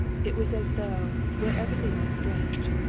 it was as though, where everything was strange,